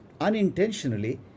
unintentionally